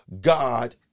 God